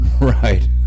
right